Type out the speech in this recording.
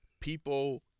people